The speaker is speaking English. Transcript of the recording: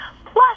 Plus